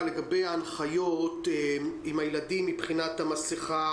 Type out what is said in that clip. לגבי הנחיות לתלמידים מבחינת מסכה,